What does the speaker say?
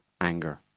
anger